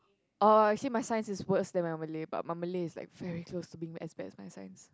orh actually my science is worse than my Malay but my Malay is like very close to being as bad as my science